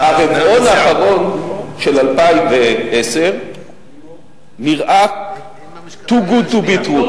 הרבעון האחרון של 2010 נראה too good to be true.